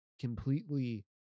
completely